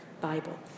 Bible